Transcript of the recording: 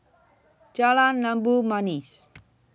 Jalan Labu Manis